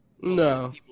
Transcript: No